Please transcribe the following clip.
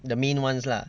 the main ones lah